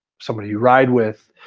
somebody you ride with.